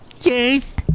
Yes